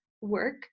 work